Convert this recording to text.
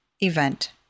event